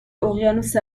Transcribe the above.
اقیانوس